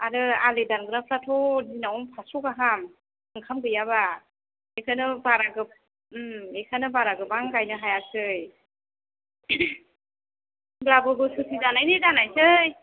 आरो आलि दानग्राफ्राथ' दिनावनो फासस' गाहाम ओंखाम गैयाबा बेखायनो बारा गोबां बेखायनो बारा गोबां गायनो हायाखै होमब्लाबो बोसोरसे जानायनि जानायसै